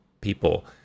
people